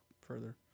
further